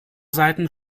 seiten